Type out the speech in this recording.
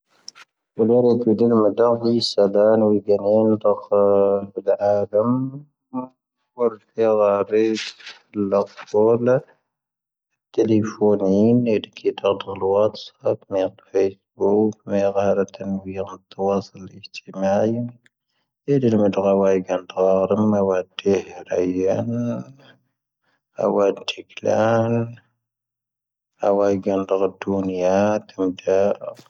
ⵡⵍⵢⴰⵔⴽ ⴷⵍⵎ ⴷⴰⵔⵢ ⵙⴷⴰⵏ ⵡⵢⵊⴰⵏⵢⵏ ⵜⵅⵀ ⴱⴷⵄⴰⵀⵎ ⵡⴰⵔⴽⵀ ⵔⴰⴱⵟ ⵍⵟⴼⵡⵍⵜ. ⵜⵍⵢⴼⵡⵏⵢⵏ ⴰⴷⴽⵜⵔ ⴷⵍⵡⴰⵜ ⵙⵀⴱ ⵎⵔⵜⴼⵄ ⵡⵖⵡⴽ ⵎⵔⴰⵔⵜ ⵏⵡⵢⵔⴰ ⵜⵡⴰⵚⵍ ⴰⵜⵎⴰⵄⵢ. ⴷⵍⵎ ⴷⴰⵔⴰ ⵡⵢⵊⴰⵏ ⴷⴰⵔⵎ ⵡⴰⵜⵀⵔⴰ ⵢⴰⵏⴰ ⵡⴰⵜⵊⴽⵍⴰⵏ. ⵡⵢⵊⴰⵏ ⴷⴰⵔⵜ ⴷⵡⵏⵢ ⴰⵜⵎ ⴷⴰⵔⴰ.